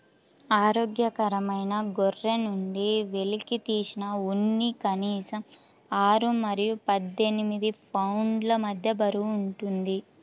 ఆరోగ్యకరమైన గొర్రె నుండి వెలికితీసిన ఉన్ని కనీసం ఆరు మరియు పద్దెనిమిది పౌండ్ల మధ్య బరువు ఉంటుంది